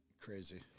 Crazy